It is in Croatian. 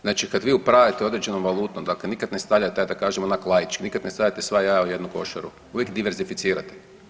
Znači kad vi upravljate određenom valutom, dakle nikad ne stavljate ajd da kažem onak laički, nikad ne stavljajte svoja jaja u jednu košaru, uvijek diversificirate.